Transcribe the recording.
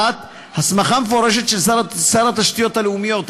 1. הסמכה מפורשת של שר התשתיות הלאומיות,